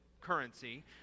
currency